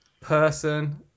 person